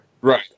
Right